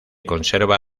conserva